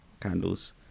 candles